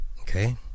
okay